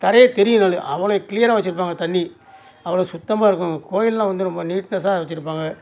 தரையே தெரியும் நல்ல அவ்வளோ கிளியராக வெச்சுருப்பாங்க தண்ணீர் அவ்வளோ சுத்தமாக இருக்கும் கோயிலெலாம் வந்து ரொம்ப நீட்னஸ்ஸாக வெச்சுருப்பாங்க